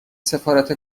سفارت